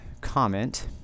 comment